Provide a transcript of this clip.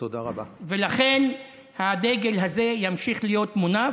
ולכן הדגל הזה ימשיך להיות מונף,